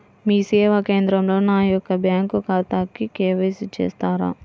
మీ సేవా కేంద్రంలో నా యొక్క బ్యాంకు ఖాతాకి కే.వై.సి చేస్తారా?